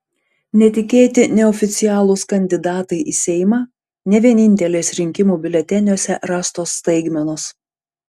netikėti neoficialūs kandidatai į seimą ne vienintelės rinkimų biuleteniuose rastos staigmenos